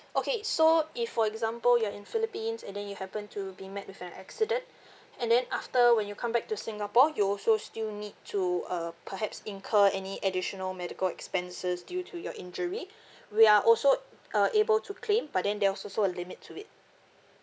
okay so if for example you're in philippines and then you happen to be met with an accident and then after when you come back to singapore you also still need to uh perhaps incur any additional medical expenses due to your injury we are also uh able to claim but then there was also a limit to it